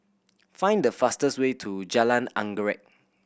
find the fastest way to Jalan Anggerek